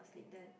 sleep then